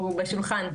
הוא בשולחן.